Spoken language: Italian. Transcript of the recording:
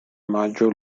maggio